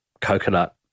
coconut